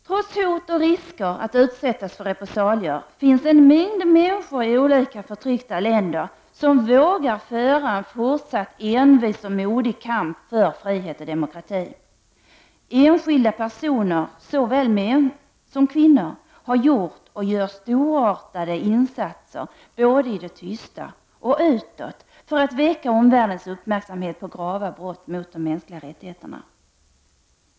Trots hot och risker att utsättas för repressalier, finns en mängd människor i olika förtryckta länder, som vågar föra en fortsatt envis och modig kamp för frihet och demokrati. Enskilda personer, såväl män som kvinnor, har gjort och gör storartade insatser både i det tysta och utåt för att väcka omvärldens uppmärksamhet på grava brott mot de mänskliga rättigheterna.